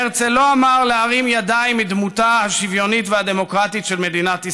והרצל לא אמר להרים ידיים מדמותה השוויונית והדמוקרטית של מדינת ישראל.